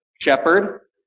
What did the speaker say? shepherd